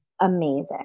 amazing